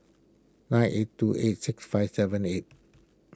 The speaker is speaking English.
nine eight two eight six five seven eight